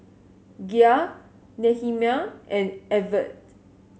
Gia Nehemiah and Evette